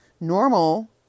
Normal